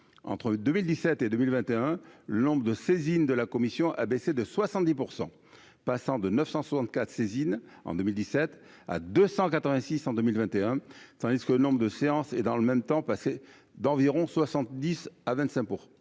entre 2017 et 2021 lampe de saisine de la commission a baissé de 70 % passant de 964 saisines en 2017 à 286 en 2021 tandis que le nombre de séance et dans le même temps passé d'environ 70 à 25